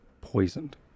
poisoned